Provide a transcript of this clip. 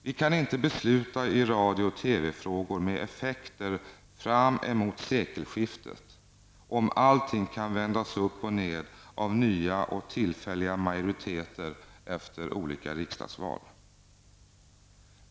Vi kan inte besluta i radio och TV-frågor med effekter fram emot sekelskiftet om allting kan vändas upp och ned av nya och tillfälliga majoriteter efter olika riksdagsval.